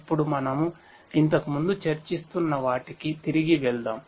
ఇప్పుడు మనం ఇంతకుముందు చర్చిస్తున్న వాటికి తిరిగి వెళ్దాం